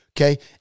Okay